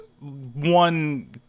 one